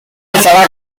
estará